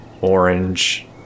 orange